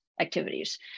activities